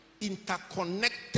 interconnected